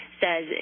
says